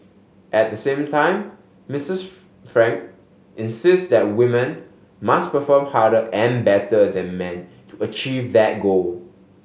at the same time Mistress Frank insists that women must perform harder and better than men to achieve that goal